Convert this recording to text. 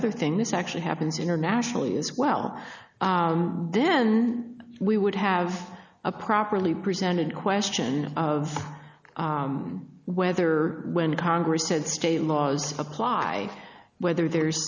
other thing this actually happens internationally is well then we would have a properly presented question of whether when congress said state laws apply whether there's